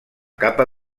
capa